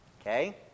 Okay